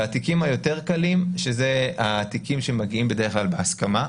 והתיקים יותר קלים שהם התיקים שמגיעים בדרך כלל בהסכמה.